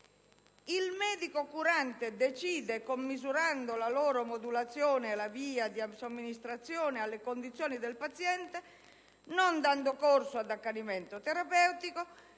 il medico curante decide commisurando la loro modulazione e la via di somministrazione alle condizioni del paziente, non dando corso ad accanimento terapeutico